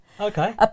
Okay